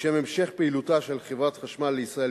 לשם המשך פעילותה של חברת החשמל לישראל